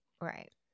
right